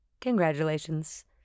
Congratulations